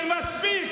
מה העמדה הערכית שלך?